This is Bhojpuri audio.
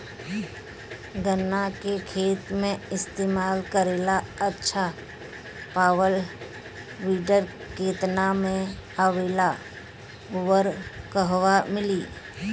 गन्ना के खेत में इस्तेमाल करेला अच्छा पावल वीडर केतना में आवेला अउर कहवा मिली?